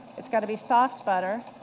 it's got to be soft butter,